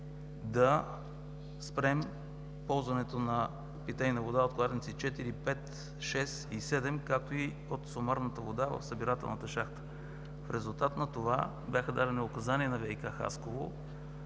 да спрем ползването на питейна вода от кладенци 4, 5, 6 и 7, както и от сумарната вода в събирателната шахта. В резултат на това бяха дадени указания на ВиК – Хасково